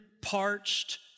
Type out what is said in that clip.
parched